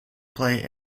play